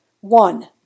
One